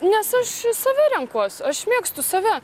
nes aš save renkuos aš mėgstu save